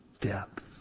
depth